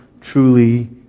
truly